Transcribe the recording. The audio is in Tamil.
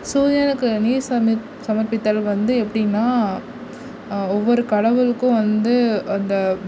சூரியனுக்கு நீர் சம்மித் சமர்ப்பித்தல் வந்து எப்படின்னா ஒவ்வொரு கடவுளுக்கும் வந்து அந்த